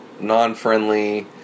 non-friendly